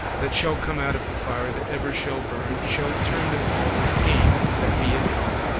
that shall come out of the fire that ever shall burn, shall turn them all to pain that be in hell,